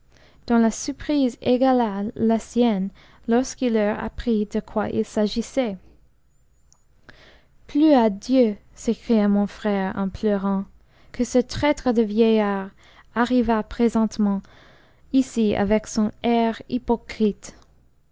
dont la surprise égala la sienne lorsqu'ils eurent appris de quoi il s'agissait plût à dieu s'écria mon frère en pleurant que ce traître de vieillard arrivât présentement ici avec son air hypocrite